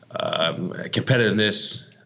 competitiveness –